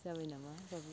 जाबाय नामा